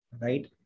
right